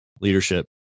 leadership